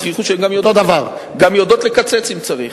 הוכיחו שהן גם יודעות לקצץ אם צריך.